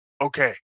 Okay